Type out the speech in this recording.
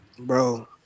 Bro